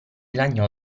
lagnò